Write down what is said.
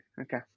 Okay